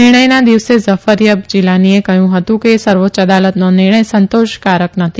નિર્ણયના દિવસે ઝઃરથાબ જિલાનીએ કહ્યું હતું કે સર્વોચ્ય અદાલતનો નિર્ણથ સંતોષકારક નથી